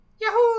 Yahoo